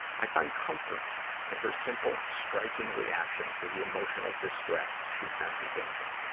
i find comfort in her simple, striking reactions to the emotional distress she senses in me.